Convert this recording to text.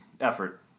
effort